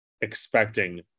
expecting